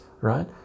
right